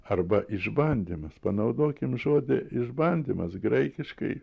arba išbandymas panaudokim žodį išbandymas graikiškai